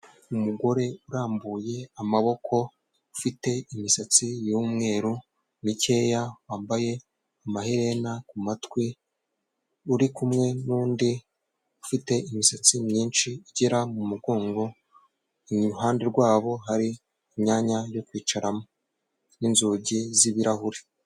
Umugore urambuye amaboko, ufite imisatsi y'umweru, mikeya, wambaye amaherena ku matwi, uri kumwe n'undi, ufite imisatsi myinshi igera mu mugongo, iruhande rwabo hari imyanya yo kwicaramo n'inzugi z'ibirahure.